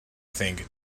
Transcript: think